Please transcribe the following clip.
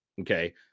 Okay